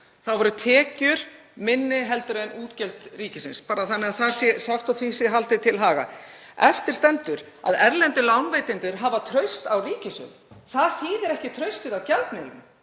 Þá voru tekjur minni en útgjöld ríkisins, bara þannig að það sé sagt og því sé haldið til haga. Eftir stendur að erlendir lánveitendur hafa traust á ríkissjóði. Það þýðir ekki traust þeirra á gjaldmiðlinum,